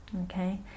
okay